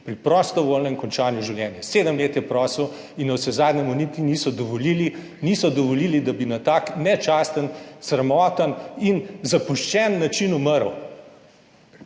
pri prostovoljnem končanju življenja. Sedem let je prosil in navsezadnje mu niti niso dovolili, niso dovolili, da bi umrl na tak nečasten, sramoten in zapuščen način.